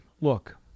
look